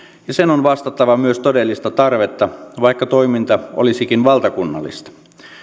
ja sen on vastattava myös todellista tarvetta vaikka toiminta olisikin valtakunnallista